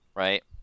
right